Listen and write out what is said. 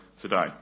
today